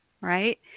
right